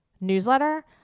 newsletter